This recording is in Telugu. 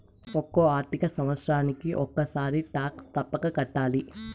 ఒక్కో ఆర్థిక సంవత్సరానికి ఒక్కసారి టాక్స్ తప్పక కట్టాలి